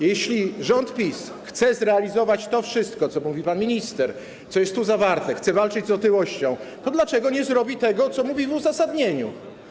Jeśli rząd PiS chce zrealizować to wszystko, o czym mówi pan minister, co jest tu zawarte, chce walczyć z otyłością, to dlaczego nie zrobi tego, co podaje w uzasadnieniu?